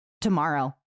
tomorrow